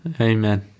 Amen